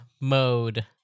mode